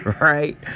right